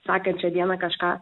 sekančią dieną kažką